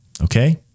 Okay